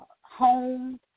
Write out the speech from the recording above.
homes